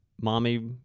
mommy